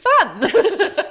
fun